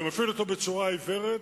שמפעיל אותו בצורה עיוורת,